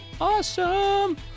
awesome